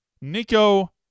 Nico